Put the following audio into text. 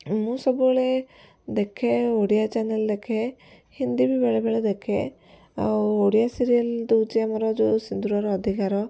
ମୁଁ ସବୁବେଳେ ଦେଖେ ଓଡ଼ିଆ ଚ୍ୟାନେଲ୍ ଦେଖେ ହିନ୍ଦୀ ବି ବେଳେବେଳେ ଦେଖେ ଆଉ ଓଡ଼ିଆ ସିରିଏଲ୍ ଦେଉଛି ଆମର ଯୋଉ ସିନ୍ଦୂରର ଅଧିକାର